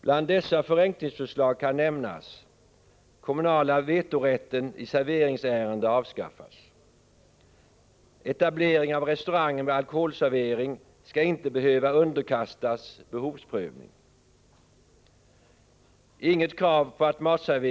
Bland dessa förenklingsförslag kan nämnas: Etablering av restauranger med alkoholservering skall inte behöva underkastas behovsprövning.